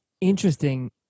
interesting